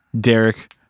Derek